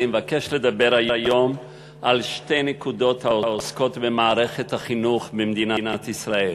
אני מבקש לדבר היום על שתי נקודות העוסקות במערכת החינוך במדינת ישראל,